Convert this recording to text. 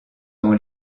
dont